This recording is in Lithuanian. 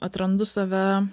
atrandu save